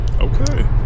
okay